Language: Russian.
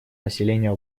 населения